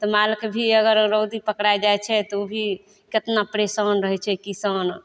तऽ मालके भी अगर रौदी पकड़ा जाइ छै तऽ ओ भी कतना परेशान रहै छै किसान